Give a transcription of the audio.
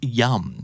yum